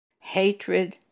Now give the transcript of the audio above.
Hatred